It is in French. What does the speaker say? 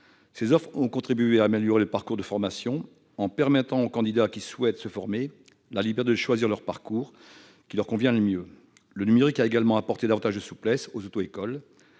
Ces offres ont contribué à améliorer le parcours de formation en permettant aux candidats qui souhaitent se former la liberté de choisir le parcours de formation qui leur convient le mieux. Le numérique a également apporté davantage de souplesse aux auto-écoles.